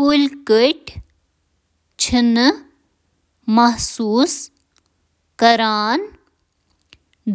کلیٚن کٹیٚن چُھ نہٕ دَگ محسوس گژھان تِکیازِ